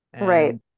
Right